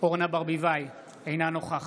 בהצבעה אורנה ברביבאי, אינה נוכחת